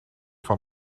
van